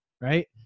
right